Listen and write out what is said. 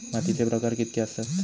मातीचे प्रकार कितके आसत?